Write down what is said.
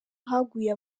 haguye